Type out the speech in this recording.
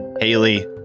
Haley